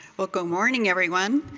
well good morning, everyone.